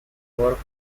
work